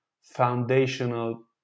foundational